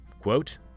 quote